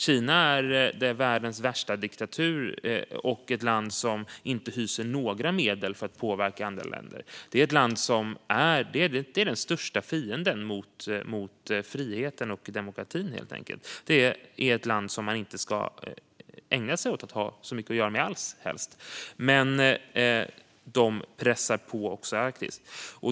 Kina är världens värsta diktatur och ett land som inte skyr några medel för att påverka andra länder. Det är helt enkelt den största fienden mot friheten och demokratin. Det är ett land som man helst inte ska ha särskilt mycket att göra med alls. De pressar på också i Arktis.